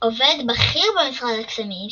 עובד בכיר במשרד הקסמים,